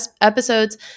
episodes